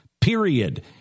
period